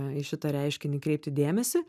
į šitą reiškinį kreipti dėmesį